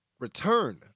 Return